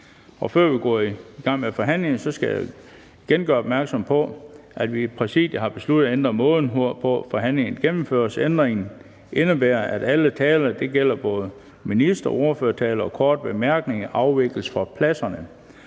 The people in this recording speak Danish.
Før vi går i gang med forhandlingen, skal jeg igen gøre opmærksom på, at Præsidiet har besluttet at ændre måden, hvorpå forhandlingen gennemføres. Ændringen indebærer, at alle taler, og det gælder